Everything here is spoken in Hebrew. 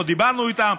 לא דיברנו איתם.